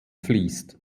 fließt